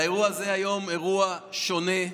האירוע הזה היום הוא אירוע שונה.